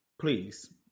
Please